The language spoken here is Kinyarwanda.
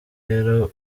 rero